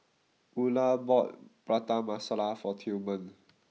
Ula bought Prata Masala for Tillman